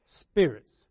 spirits